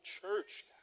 church